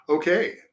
Okay